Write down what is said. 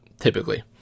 typically